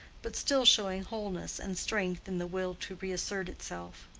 but still showing wholeness and strength in the will to reassert itself.